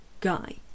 guy